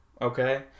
Okay